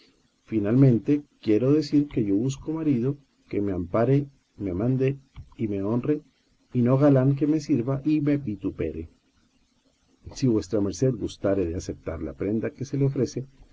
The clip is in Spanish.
finalmente quiero decir que yo busco marido que me ampare me mande y me honre y no galán que me sirva y me vit upere si vuesa merced gustare de aceptar la prenda que se le ofrece